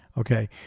Okay